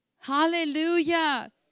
Hallelujah